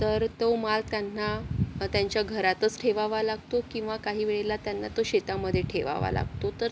तर तो माल त्यांना त्यांच्या घरातच ठेवावा लागतो किंवा काही वेळेला त्यांना तो शेतामध्ये ठेवावा लागतो तर